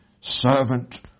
servant